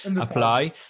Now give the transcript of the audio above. Apply